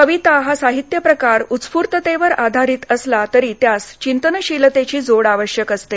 कविता हा साहित्य प्रकार उत्सफूर्तवर आधारलेला असला तरी त्यास चिंतनशीलतेची जोड आवश्यक असते